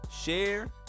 share